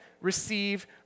receive